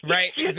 Right